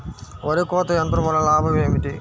వరి కోత యంత్రం వలన లాభం ఏమిటి?